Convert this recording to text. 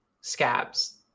scabs